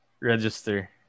register